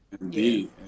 indeed